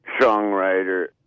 songwriter